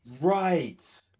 right